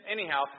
Anyhow